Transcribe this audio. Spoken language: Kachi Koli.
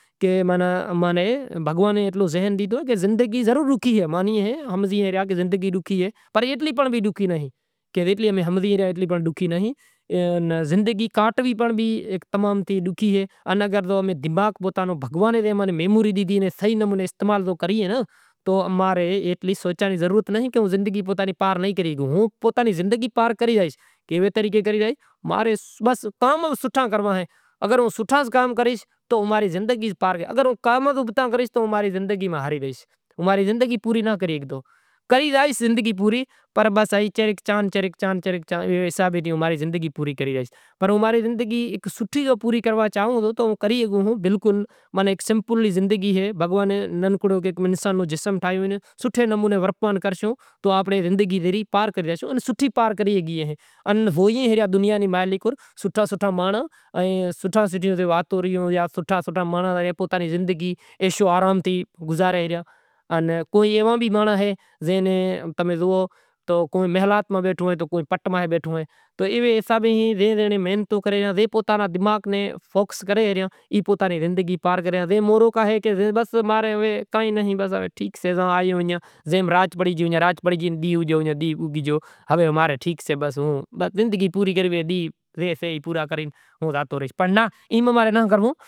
پسے پیاج نو شاگ جاں ونیگڑاں نو کرنڑو ہوئے تو وینگڑاں نے واڈھے وری اینے لاہنڑ نو داگ ہالے وری اینے راکھے وانگڑاں نو شاگ کرے۔ پان گونی نو کرنڑو ہوئے تو پان گوبی جوو کر واڈھے دھوئی ان وری اینے لاہنڑ نو داغ ہالے۔ پٹاٹا منگاشاں وڑی ایئاں نے دھوئاں وڑی شیلی واڈھاں وری دھوئاں وری ڈونگری مانگاواں وری واڈھاں دیگڑی بیگڑی دھوئی پانڑی بھری تیل ریڑہاں تیل ریڑہی وری تیک پکو کری ڈونگری راکھاں پسے وڑی پٹاٹا راکھاں وری پٹاٹا راکھے وڑی تھوڑو پانڑی ریڑہاں وری ڈھاکی راکھاں وری سڑے بئے ترن چکر پانڑی ریڑہاں وڑی چماٹاں پھولاں وری واڈھاں دھوئی وڑی چماٹا راکھاں مٹر ہوئے تو مٹر ناں پھولے راکھاں وری مرساں راکھاں ادرک ہوئے تو ادرک واڈھاں میتھی ہوئے تو تھوڑی میتھی راکھاں مشالاں نی راکھے پسے شاگ ٹھی زاشے وری کو بریانی لاوے تو او کراں تڑکے ماں راکھاں وڑی مرساں راکھاں وری شیکی راکھاں